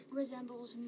resembles